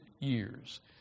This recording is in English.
years